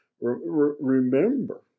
remember